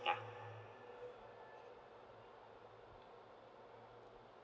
ya